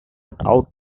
out